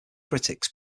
critics